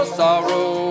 sorrow